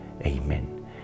Amen